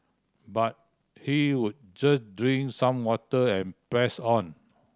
but he would just drink some water and press on